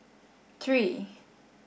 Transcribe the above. three